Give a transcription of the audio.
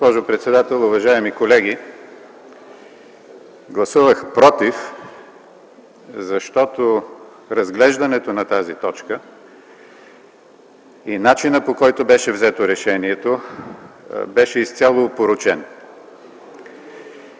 Госпожо председател, уважаеми колеги! Гласувах „против”, защото разглеждането на тази точка и начинът, по който беше взето решението, беше изцяло опорочен.